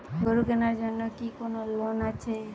গরু কেনার জন্য কি কোন লোন আছে?